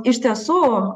iš tiesų